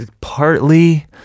Partly